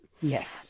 Yes